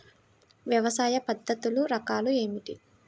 వ్యవసాయ పద్ధతులు రకాలు ఏమిటి?